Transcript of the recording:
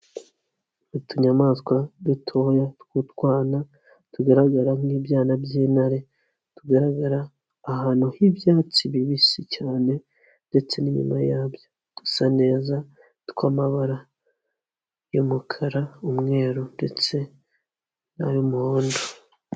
Utunyamaswa dutoya tw'utwana tugaragara nk'ibyana by'intare, tugaragara ahantu h'ibyatsi bibisi cyane ndetse n'inyuma yabyo, dusa neza tw'amabara y'umukara, umweru ndetse n'ay'umuhondo.